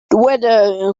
weather